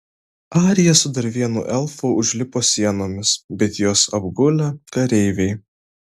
arija su dar vienu elfu užlipo sienomis bet juos apgulė kareiviai